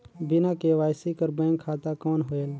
बिना के.वाई.सी कर बैंक खाता कौन होएल?